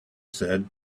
said